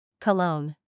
Cologne